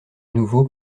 nouveau